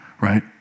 right